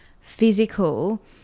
physical